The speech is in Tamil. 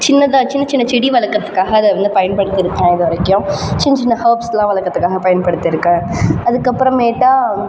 சின்னதாக சின்னச் சின்ன செடி வளர்க்கறதுக்காக அதை வந்து பயன்படுத்தியிருக்கோம் இது வரைக்கும் சின்னச் சின்ன ஹெர்ப்ஸ்லாம் வளர்க்கறதுக்காக பயன்படுத்தி இருக்கேன் அதுக்கப்புறமேட்டா